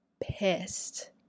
pissed